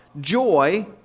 joy